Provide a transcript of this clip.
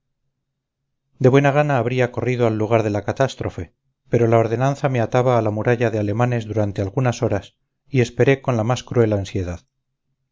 de buena gana habría corrido al lugar de la catástrofe pero la ordenanza me ataba a la muralla de alemanes durante algunas horas y esperé con la más cruel ansiedad